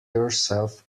yourself